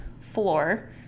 floor